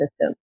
system